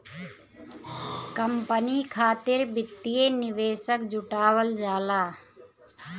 company खातिर वित्तीय निवेशक जुटावल जाला